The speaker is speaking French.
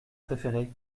préféré